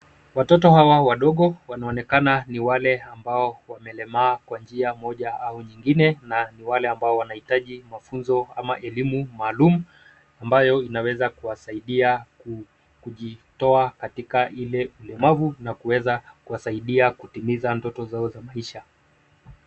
Watoto Hawa wadogo wanaonekana ni wale ambao wamelemaa kwa njia moja au nyingine na ni wale ambao wanahitaji mafunzo ama elimu maalum ambayo inaweza kuwasaidia kujitoa katika ile ulemavu na kuweza kuwasaidia kutimiza ndoto zao za maisha.